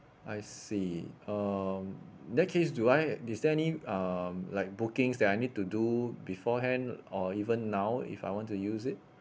I see um in that case do I is there any um like bookings that I need to do beforehand or even now if I want to use it